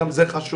גם זה חשוב.